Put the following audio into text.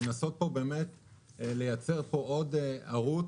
לנסות לייצר פה עוד ערוץ,